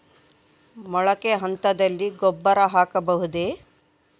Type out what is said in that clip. ಮೊಳಕೆ ಹಂತದಲ್ಲಿ ಗೊಬ್ಬರ ಹಾಕಬಹುದೇ?